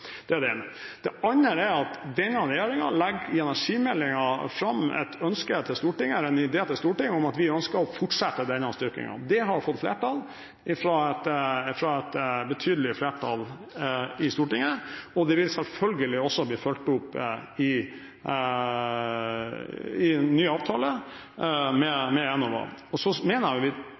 Det er det ene. Det andre er at denne regjeringen i energimeldingen legger fram en idé til Stortinget om at vi ønsker å fortsette denne styrkingen. Det har fått et betydelig flertall i Stortinget, og det vil selvfølgelig også bli fulgt opp i en ny avtale med Enova. Vi ser jo at dette fungerer. Norske leverandørindustribedrifter deltar aktivt i å bringe fram nye teknologier, bringe fram innovasjon og